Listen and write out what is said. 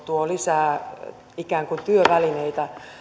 tuo ikään kuin lisää työvälineitä